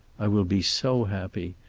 i will be so happy.